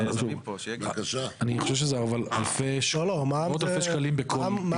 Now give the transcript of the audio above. אני חושב שזה, אבל, מאות אלפי שקלים --- לא, לא.